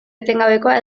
etengabekoa